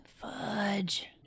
Fudge